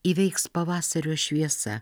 įveiks pavasario šviesa